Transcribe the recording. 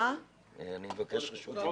השאלה האם המשטרה אמורה -- הציבור לא מפר שום חוק,